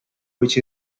which